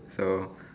so